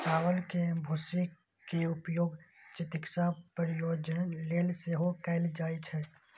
चावल के भूसी के उपयोग चिकित्सा प्रयोजन लेल सेहो कैल जाइ छै